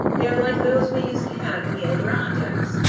they are like those we used to have in the adirondacks,